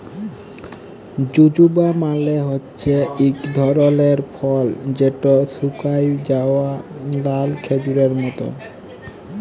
জুজুবা মালে হছে ইক ধরলের ফল যেট শুকাঁয় যাউয়া লাল খেজুরের মত